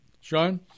Sean